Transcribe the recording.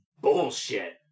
bullshit